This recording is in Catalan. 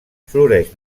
floreix